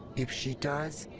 if she does,